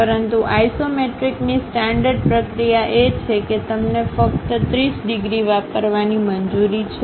પરંતુ આઇસોમેટ્રિકની સ્ટાન્ડર્ડ પ્રક્રિયા એ છે કે તમને ફક્ત 30 ડિગ્રી વાપરવાની મંજૂરી છે